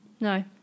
No